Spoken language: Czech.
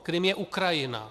Krym je Ukrajina.